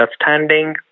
understanding